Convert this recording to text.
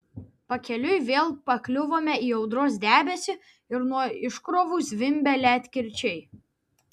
pakeliui vėl pakliuvome į audros debesį ir nuo iškrovų zvimbė ledkirčiai